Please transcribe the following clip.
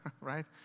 right